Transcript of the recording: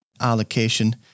allocation